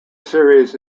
series